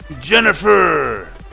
Jennifer